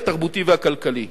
התרבותי והכלכלי.